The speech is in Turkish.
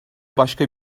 başka